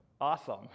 Awesome